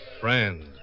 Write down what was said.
friend